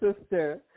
sister